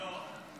לא.